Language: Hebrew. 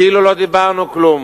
כאילו לא דיברנו כלום.